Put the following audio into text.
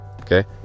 okay